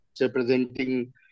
representing